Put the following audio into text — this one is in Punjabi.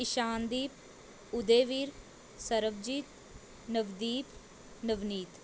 ਇਸ਼ਾਨਦੀਪ ਉਦੈਵੀਰ ਸਰਬਜੀਤ ਨਵਦੀਪ ਨਵਨੀਤ